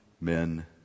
men